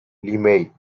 limeil